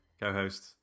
co-host